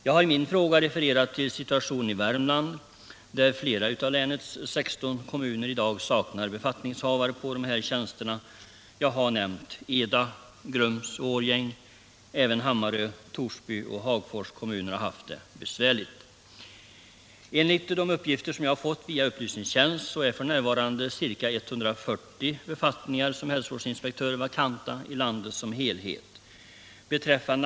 Jag har i min fråga tagit upp situationen i Värmland, där flera av länets 16 kommuner i dag saknar befattningshavare på de här tjänsterna, t.ex. Eda, (irums och Årjäng, men även Hammarö, Torsby och Hagfors har haft det besvärligt. Enligt de uppgifter jag har fått genom upplysningstjänsten är f. n. ca 140 befattningar som hälsovårdsinspektör vakanta i landet som helhet.